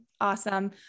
Awesome